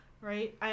right